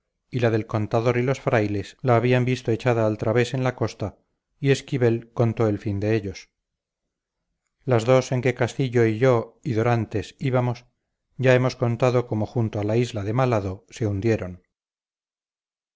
y la del contador y los frailes la habían visto echada al través en la costa y esquivel contó el fin de ellos las dos en que castillo y yo y dorantes íbamos ya hemos contado cómo junto a la isla de mal hado se hundieron